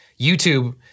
YouTube